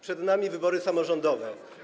Przed nami wybory samorządowe.